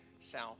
south